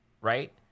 right